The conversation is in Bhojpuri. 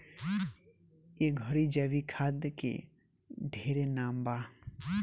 ए घड़ी जैविक खाद के ढेरे नाम बा